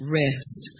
rest